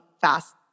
fast